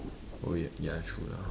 oh ya ya true lah